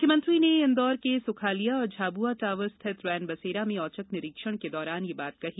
मुख्यमंत्री ने इंदौर के सुखालिया और झाबुआ टावर स्थित रैन बसेरा में औचक निरीक्षण के दौरान यह बात कही